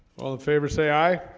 all in favor say aye